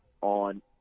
on